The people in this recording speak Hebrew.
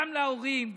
גם להורים,